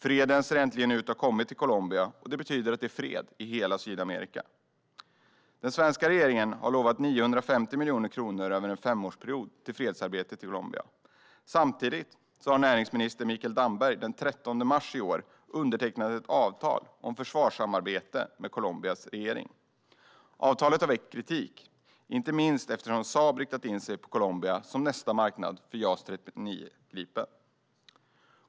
Freden ser äntligen ut att ha kommit till Colombia, vilket betyder att det är fred i hela Sydamerika. Den svenska regeringen har lovat 950 miljoner kronor över en femårsperiod till fredsarbetet i Colombia. Samtidigt undertecknade näringsminister Mikael Damberg den 13 mars i år ett avtal om försvarssamarbete med Colombias regering. Avtalet har väckt kritik, inte minst eftersom Saab har riktat in sig på Colombia som nästa marknad för JAS 39 Gripen.